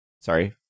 sorry